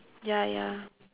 ya ya